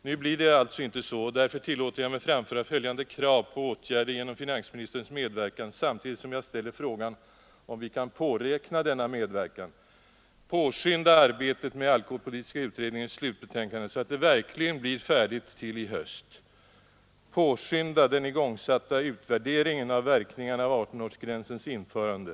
Nu blir det alltså inte så, och därför tillåter jag mig framföra följande två krav på åtgärder genom finansministerns medverkan, samtidigt som jag ställer frågan om vi kan påräkna denna medverkan: Påskynda arbetet med alkoholpolitiska utredningens slutbetänkande, så att det verkligen blir färdigt till i höst! Påskynda den igångsatta utvärderingen av verkningarna av 18-årsgränsens införande!